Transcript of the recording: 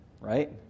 right